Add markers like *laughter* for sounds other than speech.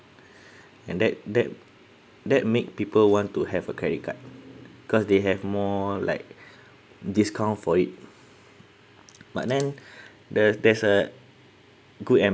*breath* and that that that make people want to have a credit card cause they have more like discount for it *noise* but then *breath* there's there's uh good and